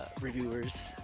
reviewers